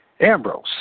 Ambrose